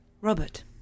Robert